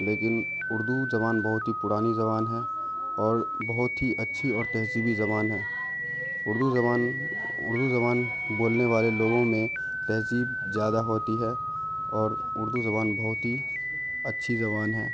لیکن اردو زبان بہت ہی پرانی زبان ہے اور بہت ہی اچھی اور تہذیبی زبان ہے اڑدو زبان اردو زبان بولنے والے لوگوں میں تہذیب زیادہ ہوتی ہے اور اردو زبان بہت ہی اچھی زبان ہے